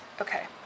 Okay